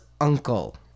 uncle